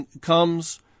comes